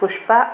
Pushpa